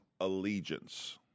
allegiance